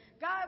God